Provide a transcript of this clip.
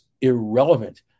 irrelevant